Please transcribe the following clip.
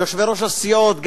ליושבי-ראש הסיעות,